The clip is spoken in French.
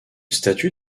statue